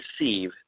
receive